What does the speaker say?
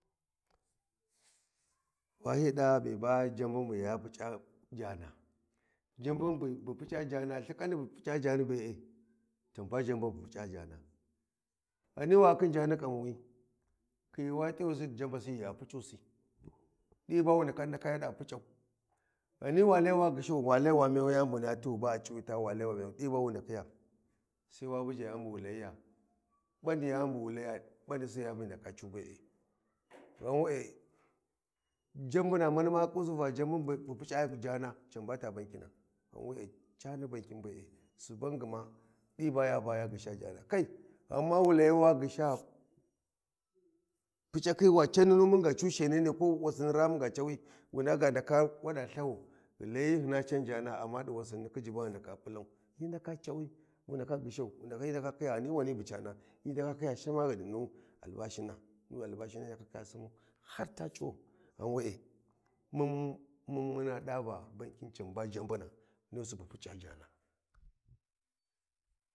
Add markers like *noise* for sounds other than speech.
Hyi da mi bajabum buy a puc’a jana, Jabum bu puc’a jana lthikanni bu puc’a jani be’e can ba zhabum. Ghani wa khin jani kanwi khi wa t’ayisu dijabasi ghi ya puc’usi di ba wa ndaka ya da puc’au. Ghani wa lai wa myau, yani bu niya tighu ba a c’iwita w alai wa myau di ba wu ndakhiya. Sai wa bujja yani bu wa l’ayiya. Badi yani bu wu layiya. Badasi yan buhyi ndaka cu be. *noise* Ghan we’e jabuna mani ma kikkusi jabun bu puc’a jana can ba ta bankina ghan we’e cani ni bankin be *noise* suban gma di baya bag hi gyisha ta jana kai ghama wu layi wa ghisha *noise* puc’akhi wa can nunu muga cu shighanainai ko ga ko wassini raa munga cawi wu ndaka ga ndaka wu da lthawau, da hyiyi hyina can jana di wassini khijji bag hu ndaka pulau hyi ndaka cawi wu ndaka gyishau hyi ndaka khiya gho ni wani bu cana hyi ndaka khiya shama ghudi nu albashina nu albashin *noise* yak hiya simau har ta eluwa ghan we e mum muna da va jabbin taba bu puc’a jana. *noise*